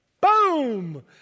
boom